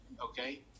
okay